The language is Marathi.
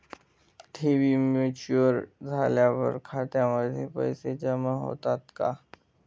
ठेवी मॅच्युअर झाल्यावर खात्यामध्ये पैसे जमा होतात का?